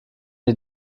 die